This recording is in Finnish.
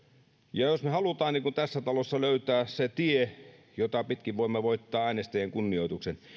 ja jos me haluamme tässä talossa löytää sen tien jota pitkin voimme voittaa äänestäjien kunnioituksen